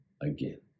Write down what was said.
again